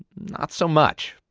not so much.